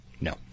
No